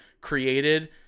created